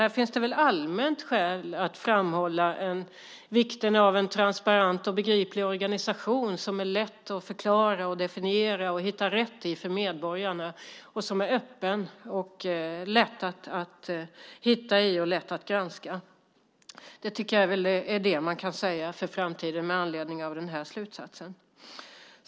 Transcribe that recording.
Här finns allmänt skäl att framhålla vikten av en transparent och begriplig organisation som är lätt att förklara, definiera och hitta rätt i för medborgarna och som är öppen och lätt att granska. Det tycker jag är det man kan säga inför framtiden med anledning av slutsatserna.